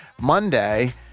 Monday